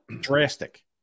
drastic